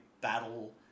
battle